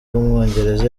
w’umwongereza